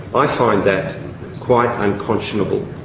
i find that quite unconscionable